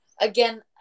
again